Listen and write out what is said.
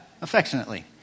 affectionately